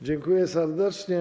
Dziękuję serdecznie.